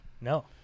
No